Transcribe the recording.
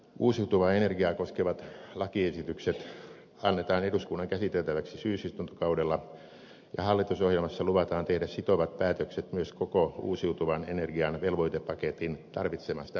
uusiutuvaa energiaa koskevat lakiesitykset annetaan eduskunnan käsiteltäväksi syysistuntokaudella ja hallitusohjelmassa luvataan tehdä sitovat päätökset myös koko uusiutuvan energian velvoitepaketin tarvitsemasta rahoituksesta